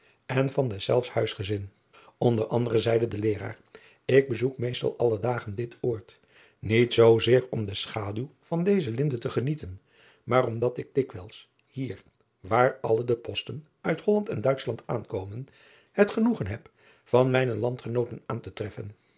en van deszelfs huisgezin nder anderen zeide de eeraar k bezoek meest alle dagen dit oord niet zoozeer om de schaduw van deze inde te genieten maar omdat ik dikwijls hier waar alle de posten uit olland en uitschland aankomen het genoegen heb van mijne landgenooten aan te treffen